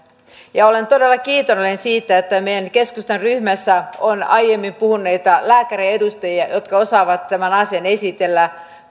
ja olen todella kiitollinen siitä että meidän keskustan ryhmässä on näitä aiemmin puhuneita lääkäriedustajia jotka osaavat tämän asian esitellä